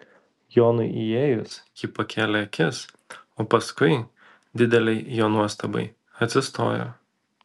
jonui įėjus ji pakėlė akis o paskui didelei jo nuostabai atsistojo